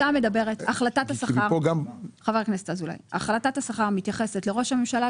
החלטת השכר מתייחסת לראש הממשלה,